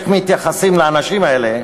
איך מתייחסים לאנשים האלה,